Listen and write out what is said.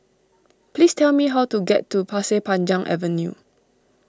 please tell me how to get to Pasir Panjang Avenue